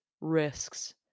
risks